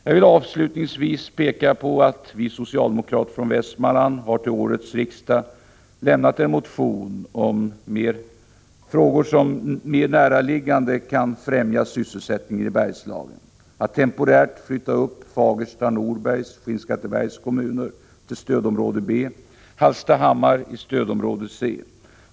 Jag vill avslutningsvis peka på att vi socialdemokrater från Västmanland till årets riksdag har lämnat en motion med förslag till mera näraliggande åtgärder som skulle kunna främja sysselsättningen i Bergslagen. Det handlar om att temporärt flytta upp Fagersta, Norbergs och Skinnskattebergs kommuner till stödområde B och Hallstahammar till stödområde C.